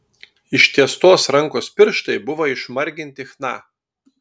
ištiestos rankos pirštai buvo išmarginti chna